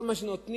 כל מה שנותנים,